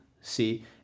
see